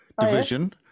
Division